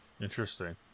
Interesting